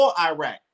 Iraq